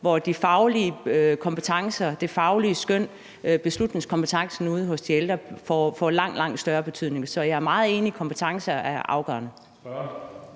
det faglige skøn, beslutningskompetencen ude hos de ældre får langt, langt større betydning. Så jeg er meget enig i, at kompetencer er afgørende.